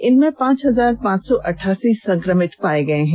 इनमें पांच हजार पांच सौ अठ्ठासी संक्रमित पाये गये हैं